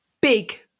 big